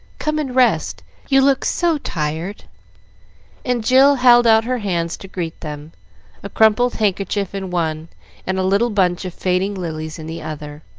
come and rest, you look so tired and jill held out her hands to greet them a crumpled handkerchief in one and a little bunch of fading lilies in the other.